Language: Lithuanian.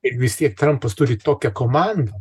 ir vis tiek trampas turi tokią komandą